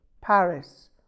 Paris